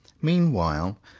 meanwhile,